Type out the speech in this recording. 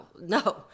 No